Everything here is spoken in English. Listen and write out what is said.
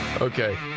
Okay